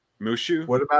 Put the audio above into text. Mushu